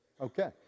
Okay